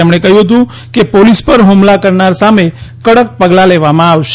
તેમણે કહ્યું હતું કે પોલીસ પર હ્મલા કરનાર સામે કડક પગલાં લેવામાં આવશે